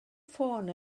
ffôn